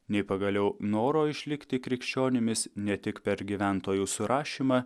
nei pagaliau noro išlikti krikščionimis ne tik per gyventojų surašymą